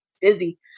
busy